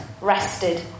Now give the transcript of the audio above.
rested